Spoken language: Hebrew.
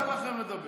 אני אתן לכם לדבר.